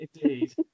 indeed